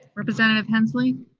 representative hensley?